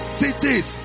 cities